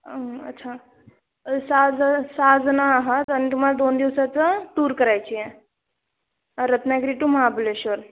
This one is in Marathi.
अच्छा सहा ज सहा जणं आहात आणि तुम्हाला दोन दिवसाचं टूर करायची आहे रत्नागिरी टू महाबळेश्वर